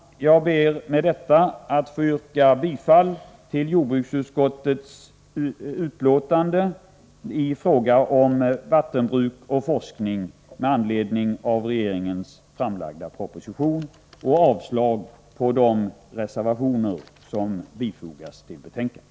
Jag ber med detta att få yrka bifall till jordbruksutskottets hemställan i fråga om vattenbruk och forskning med anledning av regeringens proposition i ämnet och avslag på de reservationer som fogats till betänkandet.